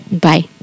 Bye